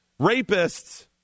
Rapists